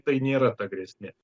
tai nėra ta grėsmė